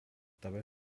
dabei